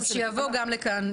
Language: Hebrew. שיבוא לכאן.